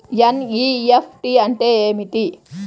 NEFT అంటే ఏమిటి?